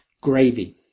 gravy